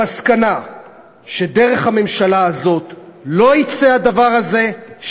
למסקנה שדרך הממשלה הזאת לא יצא הדבר הזה,